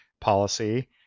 policy